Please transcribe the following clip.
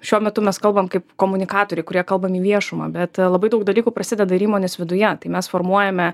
šiuo metu mes kalbam kaip komunikatoriai kurie kalbam į viešumą bet labai daug dalykų prasideda ir įmonės viduje tai mes formuojame